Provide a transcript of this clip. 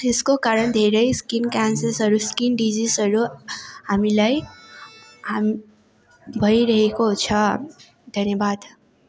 यसको कारण धेरै स्किन क्यान्सरस्हरू स्किन डिजिजहरू हामीलाई हाम् भइरहेको छ धन्यवाद